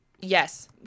Yes